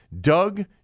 Doug